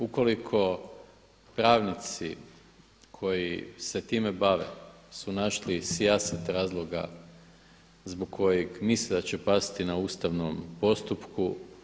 Ukoliko pravnici koji se time bave su našli … razloga zbog kojeg misle da će pasti na ustavnom postupku.